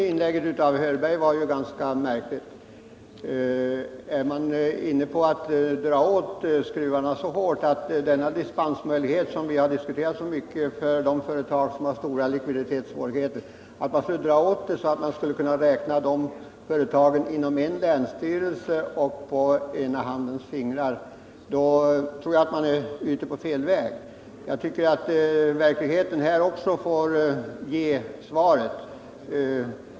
Herr talman! Nils Hörbergs senaste inlägg var ganska märkligt. Är man inne på att dra åt skruvarna så hårt att den dispensmöjlighet som vi har diskuterat så mycket för de företag som har stora likviditetssvårigheter skulle komma att gälla endast länsstyrelse och de företagen kan räknas på ena handens fingrar, då tror jag att man är inne på fel väg. Jag tycker att verkligheten också här får ge svaret.